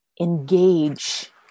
engage